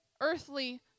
earthly